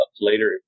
later